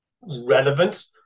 relevant